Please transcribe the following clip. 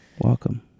welcome